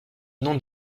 nom